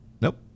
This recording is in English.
Nope